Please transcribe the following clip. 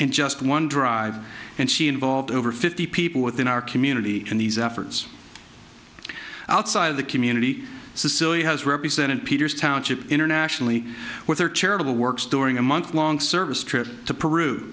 and just one dr and she involved over fifty people within our community in these efforts outside of the community society has represented peter's township internationally with her charitable works during a month long service trip to peru